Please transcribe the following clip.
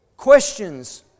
Questions